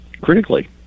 critically